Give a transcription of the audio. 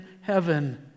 heaven